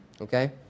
Okay